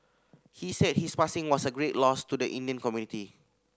he said his passing was a great loss to the Indian community